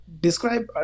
Describe